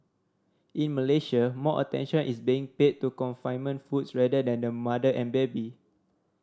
in Malaysia more attention is being paid to confinement foods rather than the mother and baby